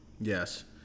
yes